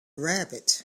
rabbit